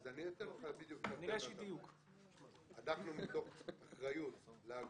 אז אני אתן לך בדיוק --- אנחנו מתוך אחריות לאגודות,